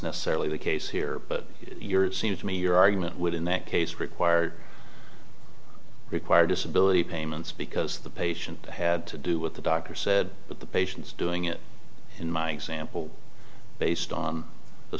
necessarily the case here but you're it seems to me your argument would in that case required require disability payments because the patient had to do with the doctor said that the patient's doing it in my example based on the